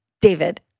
David